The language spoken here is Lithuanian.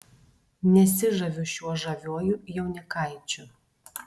nesižaviu šiuo žaviuoju jaunikaičiu